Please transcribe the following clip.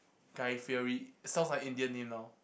guy-fieri sounds like Indian name now